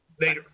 Later